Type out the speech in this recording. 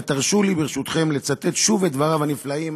ותרשו לי ברשותכם לצטט שוב את דבריו הנפלאים